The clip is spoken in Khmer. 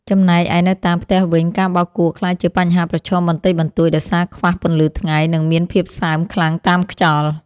ចំណែកឯនៅតាមផ្ទះវិញការបោកគក់ក្លាយជាបញ្ហាប្រឈមបន្តិចបន្តួចដោយសារខ្វះពន្លឺថ្ងៃ និងមានភាពសើមខ្លាំងតាមខ្យល់។